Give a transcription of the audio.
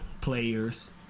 players